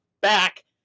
back